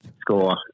score